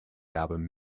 album